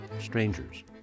strangers